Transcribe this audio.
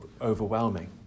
overwhelming